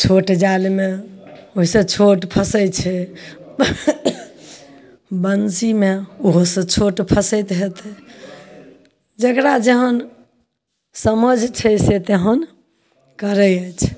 छोट जालमे ओहिसँ छोट फँसैत छै बंसीमे ओहोसँ छोट फँसैत होयतै जेकरा जेहन समझ छै से तेहन करैत अछि